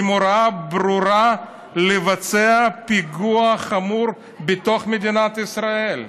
עם הוראה ברורה לבצע פיגוע חמור בתוך מדינת ישראל.